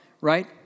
right